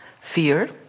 Fear